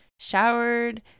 Showered